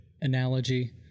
analogy